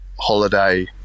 holiday